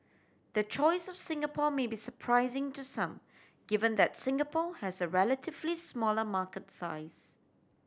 the choice of Singapore may be surprising to some given that Singapore has a relatively smaller market size